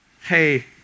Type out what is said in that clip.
Hey